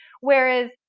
whereas